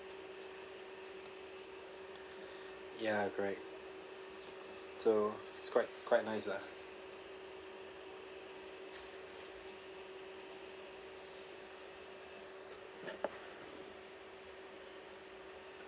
ya correct so it's quite quite nice lah